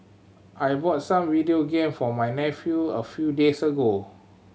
I bought some video game for my nephew a few days ago